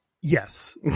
Yes